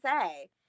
say